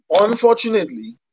unfortunately